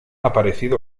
aparecido